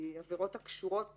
כי עבירות הקשורות